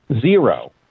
zero